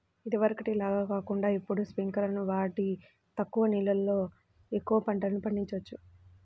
ఇదివరకటి లాగా కాకుండా ఇప్పుడు స్పింకర్లును వాడి తక్కువ నీళ్ళతో ఎక్కువ పంటలు పండిచొచ్చు